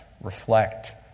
reflect